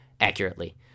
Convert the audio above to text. accurately